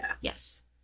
Yes